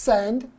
Send